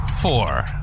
Four